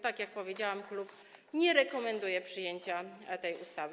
Tak jak powiedziałam, klub nie rekomenduje przyjęcia tej ustawy.